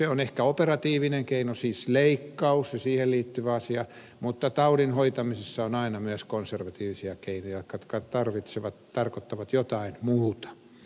se on ehkä operatiivinen keino siis leikkaus ja siihen liittyvä asia mutta taudin hoitamisessa on aina myös konservatiivisia keinoja jotka tarkoittavat jotain muuta